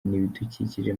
n’ibidukikije